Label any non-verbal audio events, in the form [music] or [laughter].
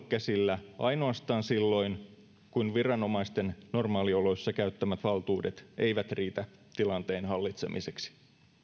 [unintelligible] käsillä ainoastaan silloin kun viranomaisten normaalioloissa käyttämät valtuudet eivät riitä tilanteen hallitsemiseksi